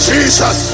Jesus